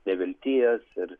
nevilties ir